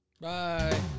bye